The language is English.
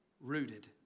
rooted